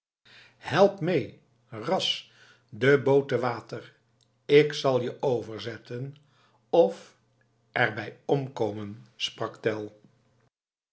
help mee ras de boot te water ik zal je overzetten of er bij omkomen sprak tell